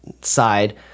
side